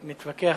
נתווכח?